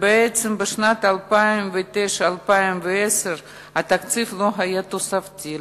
ובעצם ב-2010-2009 התקציב לא היה תוספתי,